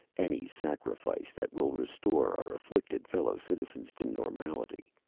any sacrifice that will restore our afflicted fellow-citizens to normality,